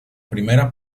primera